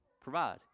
provide